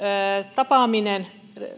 tapaaminen